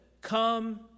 come